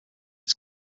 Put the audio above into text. its